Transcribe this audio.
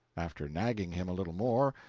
after nagging him a little more,